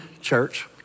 church